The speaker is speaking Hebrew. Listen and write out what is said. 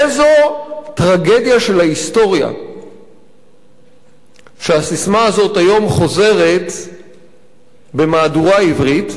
איזו טרגדיה של ההיסטוריה שהססמה הזאת היום חוזרת במהדורה עברית,